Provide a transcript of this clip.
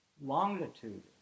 longitude